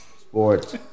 sports